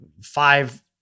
five